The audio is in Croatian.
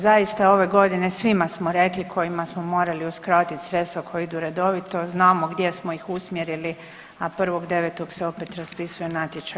Zaista ove godine svima smo rekli kojima smo morali uskratiti sredstva koja idu redovito, znamo gdje smo ih usmjerili, a 1.9. se opet raspisuje natječaj.